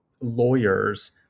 lawyers